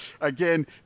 again